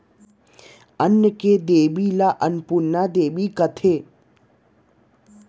अन्न के देबी ल अनपुरना देबी कथें